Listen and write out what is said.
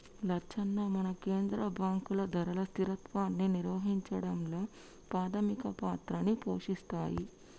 లచ్చన్న మన కేంద్ర బాంకులు ధరల స్థిరత్వాన్ని నిర్వహించడంలో పాధమిక పాత్రని పోషిస్తాయి